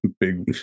Big